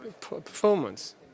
performance